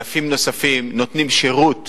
אלפים נוספים נותנים שירות